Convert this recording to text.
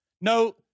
No